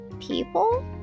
people